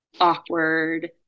awkward